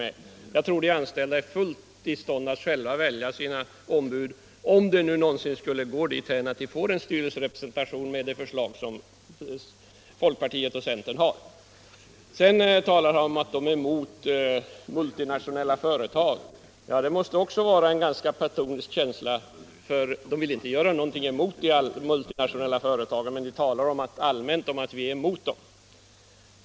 Jag tror också att de anställda är fullt i stånd att själva välja sina ombud — om det någonsin skulle gå dithän att de får en styrelserepresentation med de förslag som folkpartiet och centern har lagt fram. Sedan sade herr Andersson att man i folkpartiet är emot de multinationella företagen. Även det måste vara en ganska platonisk känsla, eftersom man inte vill göra något som går de företagen emot; man talar bara allmänt om att man är emot dem.